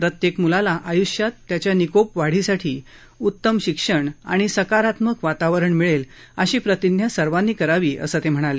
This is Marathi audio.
प्रत्येक म्लाला आय्ष्यात त्याच्या निकोप वाढीसाठी उतम शिक्षण आणि सकारात्मक वातावरण मिळेल अशी प्रतिज्ञा सर्वांना करावी असं ते म्हणाले